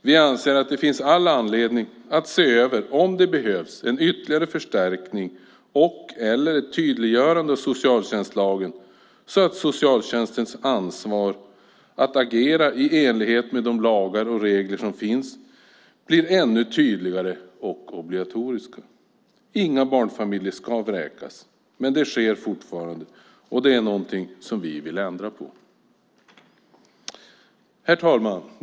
Vi anser att det finns all anledning att se över om det behövs en ytterligare förstärkning och/eller ett tydliggörande av socialtjänstlagen så att socialtjänstens ansvar att agera i enlighet med de lagar och regler som finns blir ännu tydligare och obligatoriska. Inga barnfamiljer ska vräkas, men det sker fortfarande. Det är något vi vill ändra på. Herr talman!